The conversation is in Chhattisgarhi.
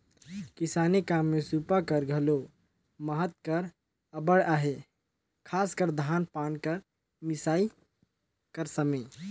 किसानी काम मे सूपा कर घलो महत हर अब्बड़ अहे, खासकर धान पान कर मिसई कर समे